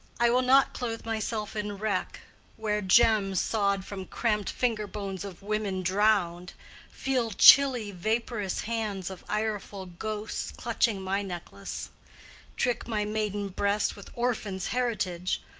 i will not clothe myself in wreck wear gems sawed from cramped finger-bones of women drowned feel chilly vaporous hands of ireful ghosts clutching my necklace trick my maiden breast with orphans' heritage.